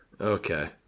Okay